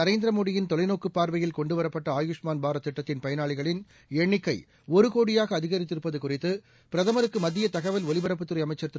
நரேந்திரமோடியின் தொலைநோக்கு பார்வையில் கொண்டு வரப்பட்ட ஆயுஷ்மாள் பாரத் திட்டத்தின் பயனாளிகளின் எண்ணிக்கை ஒரு கோடியாக அதிகரித்திருப்பது குறித்து பிரதமருக்கு மத்தியதகவல் ஒலிபரப்புத்துறை அமைச்சர் திரு